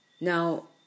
Now